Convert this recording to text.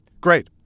Great